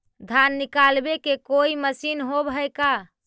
धान निकालबे के कोई मशीन होब है का?